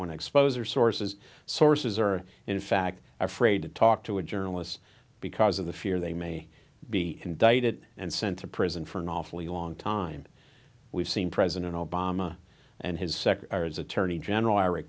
want to expose or sources sources are in fact afraid to talk to a journalist because of the fear they may be indicted and sent to prison for an awfully long time we've seen president obama and his secretaries attorney general eric